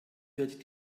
wird